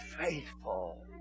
faithful